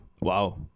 Wow